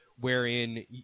Wherein